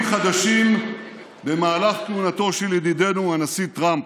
חדשים במהלך כהונתו של ידידנו הנשיא טראמפ.